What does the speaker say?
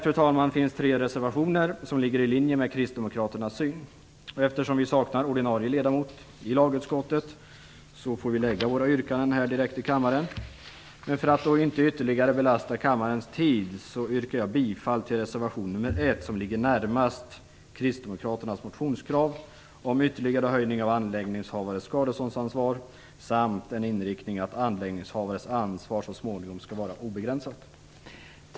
I betänkandet finns tre reservationer som ligger i linje med kristdemokraternas syn. Eftersom vi saknar ordinarie ledamot i lagutskottet får vi göra våra yrkanden direkt i kammaren. För att inte ytterligare belasta kammarens tid yrkar jag bifall till reservation nr 1, som ligger närmast kristdemokraternas motionskrav om ytterligare höjning av anläggningshavares skadeståndsansvar samt en inriktning på att anläggningshavares ansvar så småningom skall vara obegränsat.